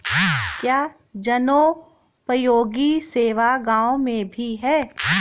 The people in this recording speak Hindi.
क्या जनोपयोगी सेवा गाँव में भी है?